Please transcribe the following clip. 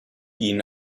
ihnen